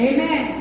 Amen